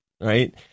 right